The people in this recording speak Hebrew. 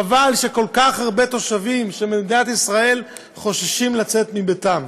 חבל שכל כך הרבה תושבים במדינת ישראל חוששים לצאת מביתם.